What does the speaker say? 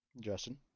Justin